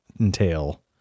entail